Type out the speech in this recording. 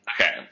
Okay